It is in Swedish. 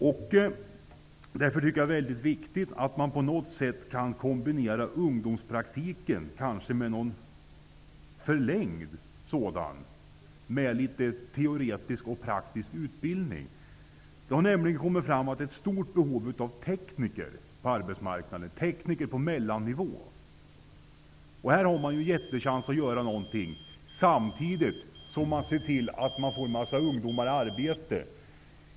Det är därför mycket viktigt att kunna kombinera ungdomspraktiken med kanske en något förlängd teoretisk och praktisk utbildning. Ett stort behov av tekniker på mellannivå på arbetsmarknaden har nämligen upptäckts. Här finns en jättechans att göra någonting. Samtidigt kan man också se till att en mängd ungdomar får arbete.